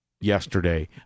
yesterday